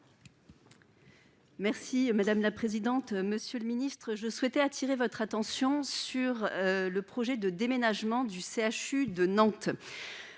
Merci madame la présidente, monsieur le ministre, je souhaitais attirer votre attention sur le projet de déménagement du CHU de Nantes,